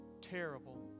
terrible